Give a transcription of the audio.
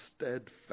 steadfast